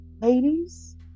ladies